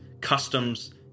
customs